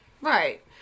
Right